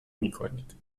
میکنید